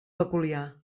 peculiar